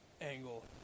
angle